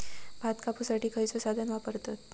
भात कापुसाठी खैयचो साधन वापरतत?